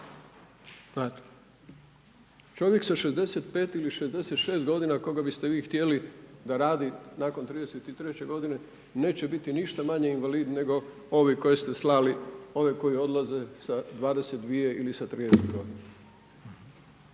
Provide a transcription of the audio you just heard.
Čovjek sa 65 ili 66 godina koga bi ste vi htjeli da radi nakon 33 godine neće biti ništa manje invalid nego ovi koje ste slali, ovi